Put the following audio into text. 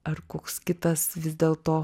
ar koks kitas vis dėl to